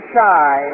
Shy